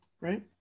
right